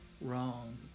wrong